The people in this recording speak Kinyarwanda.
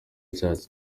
cyacu